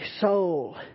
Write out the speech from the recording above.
soul